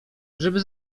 żeby